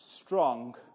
strong